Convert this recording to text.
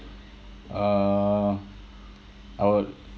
uh I would